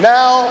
Now